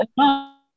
No